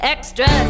Extra